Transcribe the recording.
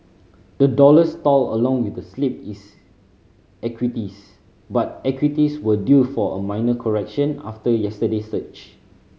the dollar stalled along with the slip is equities but equities were due for a minor correction after yesterday's surge